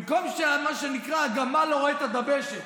במקום, מה שנקרא, הגמל לא רואה את הדבשת.